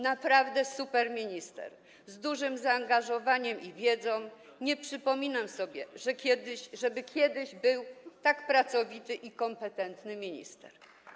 Naprawdę superminister z dużym zaangażowaniem i wiedzą, nie przypominam sobie, żeby kiedyś był tak pracowity i kompetentny minister.